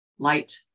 Light